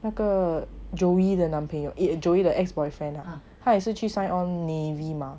那个 joey 的男朋友 joey 的 ex boyfriend lah 他也是去 sign on navy mah